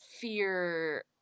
fear